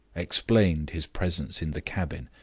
explained his presence in the cabin.